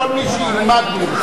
זה כל מי שילמד בירושלים.